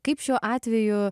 kaip šiuo atveju